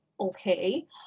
okay